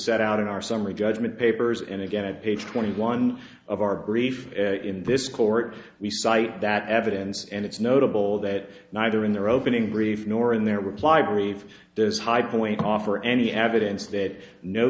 set out in our summary judgment papers and again at page twenty one of our brief in this court we cite that evidence and it's notable that neither in their opening brief nor in their reply brief does high point offer any evidence that no